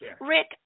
Rick